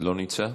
לא נמצא.